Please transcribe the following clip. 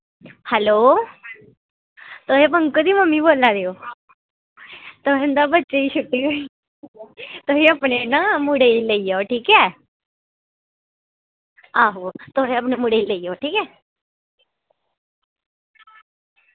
hello एह् पंकज दी mummy बोल्ला दे ओ ते ऐहें बच्चें ई छुट्टी होई तुस अपने मुड़े ई ना लेई जायो ठीक ऐ आहो एह् मुढ़ै गी लेई जायो ठीक ऐ